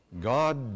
God